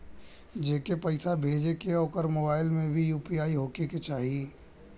जेके पैसा भेजे के ह ओकरे मोबाइल मे भी यू.पी.आई होखे के चाही?